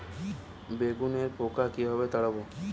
বেগুনের পোকা কিভাবে তাড়াব?